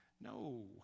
No